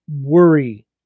worry